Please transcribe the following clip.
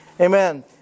Amen